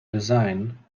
design